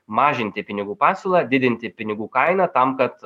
mažinti pinigų pasiūlą didinti pinigų kainą tam kad